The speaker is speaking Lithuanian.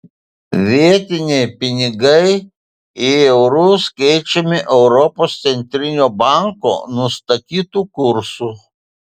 vietiniai pinigai į eurus keičiami europos centrinio banko nustatytu kursu